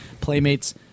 Playmates